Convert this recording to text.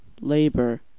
labor